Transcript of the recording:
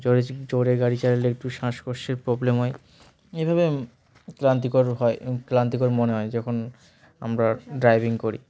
জোরে জোরে গাড়ি চালালে একটু শ্বাসকষ্টের প্রবলেম হয় এভাবে ক্লান্তিকর হয় ক্লান্তিকর মনে হয় যখন আমরা ড্রাইভিং করি